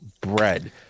bread